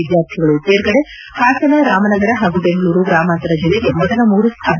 ವಿದ್ಯಾರ್ಥಿಗಳು ತೇರ್ಗಡೆ ಹಾಸನ ರಾಮನಗರ ಹಾಗೂ ಬೆಂಗಳೂರು ಗ್ರಾಮಾಂತರ ಜಿಲ್ಲೆಗೆ ಮೊದಲ ಮೂರು ಸ್ಥಾನ